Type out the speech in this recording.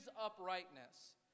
uprightness